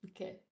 okay